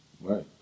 Right